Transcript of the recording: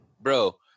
bro